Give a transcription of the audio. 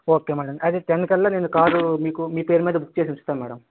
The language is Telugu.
ఓకే మేడం అయితే టెన్ కల్లా నేను కారు మీకు మీ పేరు మీద బుక్ చేసి ఉంచుతా మేడం